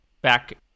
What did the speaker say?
back